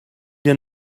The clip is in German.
wir